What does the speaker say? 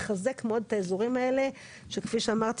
לחזק מאוד את הישובים האלה כי כפי שאמרתי